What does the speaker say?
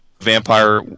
vampire